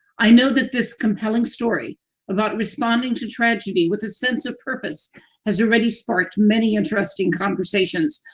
i know that this compelling story about responding to tragedy with a sense of purpose has already sparked many interesting conversations,